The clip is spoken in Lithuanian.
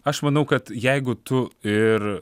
aš manau kad jeigu tu ir